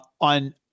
On